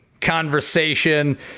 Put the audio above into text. conversation